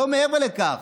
לא מעבר לכך.